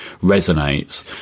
resonates